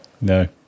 No